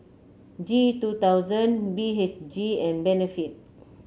G two thousand B H G and Benefit